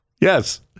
Yes